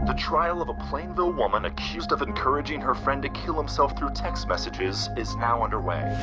ah trial of a plainview woman accused of encouraging her friend to kill himself through text messages is now under way.